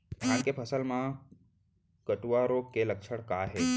धान के फसल मा कटुआ रोग के लक्षण का हे?